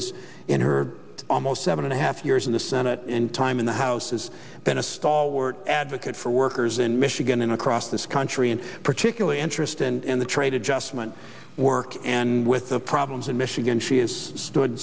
is in her almost seven and a half years in the senate and time in the house has been a stalwart advocate for workers in michigan and across this country and particularly interested in the trade adjustment work with the problems in michigan she has stood